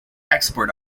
export